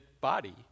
body